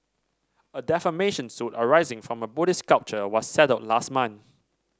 a defamation suit arising from a Buddhist sculpture was settled last month